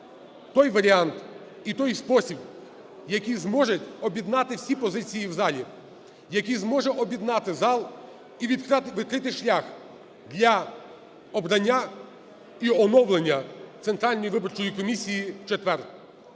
той варіант і той спосіб, який зможе об'єднати всі позиції в залі, який зможе об'єднати зал і відкрити шлях для обрання і оновлення Центральної